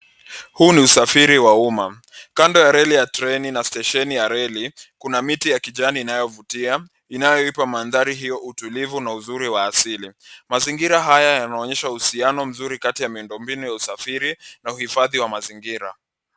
Huu ni usafiri wa umma. Kando ya reli ya treni na stesheni ya reli, kuna miti ya kijani inayovutia inayoipa mandhari hiyo utulivu na uzuri wa asili. Mazingira haya yanaonyesha uhusiano mzuri kati ya miundo mbinu ya usafiri na uhifadhi wa mazingira.